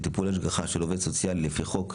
לטיפול השגחה של עובד סוציאלי לפי חוק,